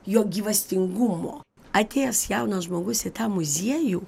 jo gyvastingumo atėjęs jaunas žmogus į tą muziejų